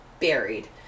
buried